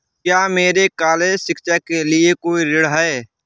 क्या मेरे कॉलेज शिक्षा के लिए कोई ऋण है?